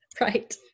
Right